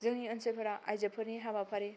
जोंनि ओनसोलफोरा आइजोफोरनि हाबाफारि